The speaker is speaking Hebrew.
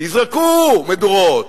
תדליקו מדורות,